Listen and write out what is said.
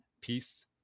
Peace